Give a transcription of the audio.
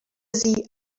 sie